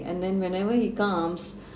and then whenever he comes